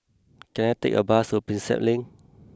can I take a bus to Prinsep Link